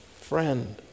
friend